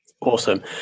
Awesome